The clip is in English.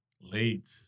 Late